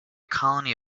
colony